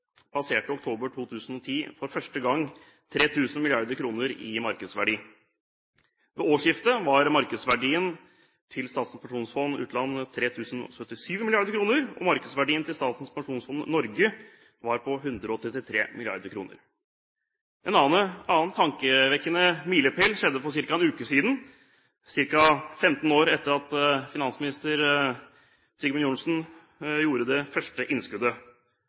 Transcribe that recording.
passerte i oktober 2010 for første gang 3 000 mrd. kr i markedsverdi. Ved årsskiftet var markedsverdien til Statens pensjonsfond utland 3 077 mrd. kr, og markedsverdien til Statens pensjonsfond Norge var på 133 mrd. kr. En annen tankevekkende milepæl ble nådd for ca. en uke siden, ca. 15 år etter at finansminister Sigbjørn Johnsen gjorde det første innskuddet.